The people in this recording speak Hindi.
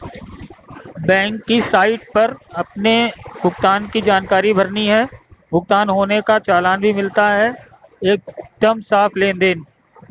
बैंक की साइट पर अपने भुगतान की जानकारी भरनी है, भुगतान होने का चालान भी मिलता है एकदम साफ़ लेनदेन